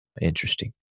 interesting